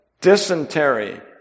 dysentery